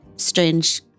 strange